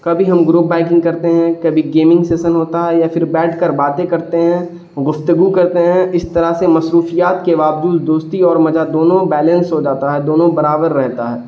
کبھی ہم group biking کرتے ہیں کبھی گیمنگ سیشن ہوتا ہے یا پھر بیٹھ کر باتیں کرتے ہیں گفتگو کرتے ہیں اس طرح سے مصروفیات کے باوجود دوستی اور مزہ دونوں بیلنس ہو جاتا ہے دونوں برابر رہتا ہے